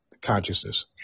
consciousness